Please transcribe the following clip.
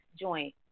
joint